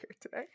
today